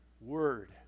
word